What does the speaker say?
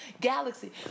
galaxy